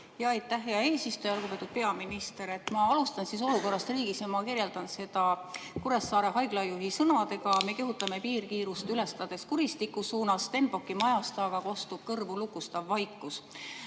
Aitäh, hea eesistuja! Lugupeetud peaminister! Ma alustan siis olukorrast riigis ja kirjeldan seda Kuressaare Haigla juhi sõnadega: me kihutame piirkiirust ületades kuristiku suunas, Stenbocki majast aga kostub kõrvulukustav vaikus.